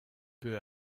peu